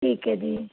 ਠੀਕ ਹੈ ਜੀ